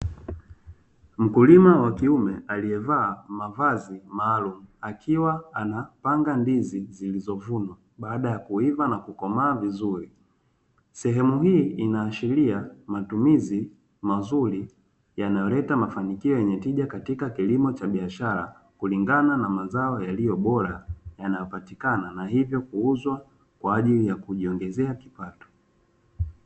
Mkulima wa kiume aliyevaa mavazi maalum akiwa anapanga ndizi zilizovunwa baada ya kuiva na kukomaa vizuri, sehemu hii inaashiria matumizi mazuri yanayoleta mafanikio yenye tija katika kilimo cha biashara kulingana na mazao yaliyo bora yanayopatikana na hivyo kuuzwa kwa ajili ya kujiongezea kipato.